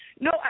no